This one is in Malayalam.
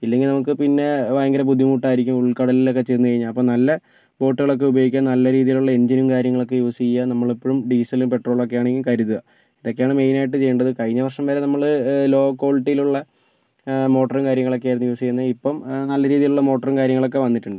ഇല്ലെങ്കിൽ നമുക്ക് പിന്നെ ഭയങ്കര ബുദ്ധിമുട്ടായിരിക്കും ഉൾക്കടലിൽ ഒക്കെ ചെന്ന് കഴിഞ്ഞാൽ അപ്പം നല്ല ബോട്ടുകൾ ഒക്കെ ഉപയോഗിക്കുക നല്ല രീതിയിലുള്ള എൻജിനും കാര്യങ്ങളും ഒക്കെ യൂസ് ചെയ്യുക നമ്മള് എപ്പോഴും ഡീസലും പെട്രോളും ഒക്കെ ആണെങ്കിൽ കരുതുക ഇതൊക്കെയാണ് മെയിനായിട്ട് ചെയ്യേണ്ടത് കഴിഞ്ഞ വർഷം വരെ നമ്മള് ലോ ക്വാളിറ്റിയിൽ ഉള്ള മോട്ടറും കാര്യങ്ങളൊക്കെയായിരുന്നു യൂസ് ചെയ്യുന്നത് ഇപ്പം നല്ല രീതിയിലുള്ള മോട്ടറും കാര്യങ്ങളൊക്കെ വന്നിട്ടുണ്ട്